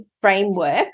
framework